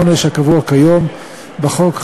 העונש הקבוע כיום בחוק,